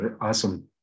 awesome